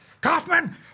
Kaufman